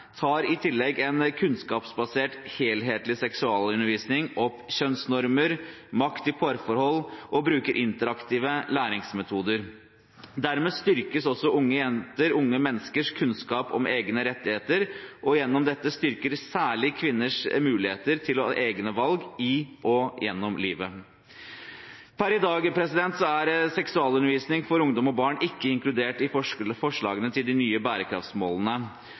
tar i tillegg en kunnskapsbasert, helhetlig seksualundervisning opp kjønnsnormer, makt i parforhold og bruker interaktive læringsmetoder. Dermed styrkes også unge menneskers kunnskap om egne rettigheter, og gjennom dette styrkes særlig kvinners muligheter til å ta egne valg i og gjennom livet. Per i dag er seksualundervisning for ungdom og barn ikke inkludert i forslagene til de nye bærekraftsmålene,